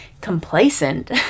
complacent